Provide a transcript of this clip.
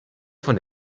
von